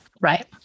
Right